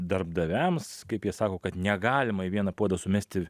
darbdaviams kaip jie sako kad negalima į vieną puodą sumesti